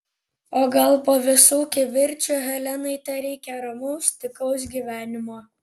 o gal po visų kivirčų helenai tereikia ramaus tykaus gyvenimo